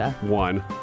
one